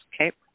Okay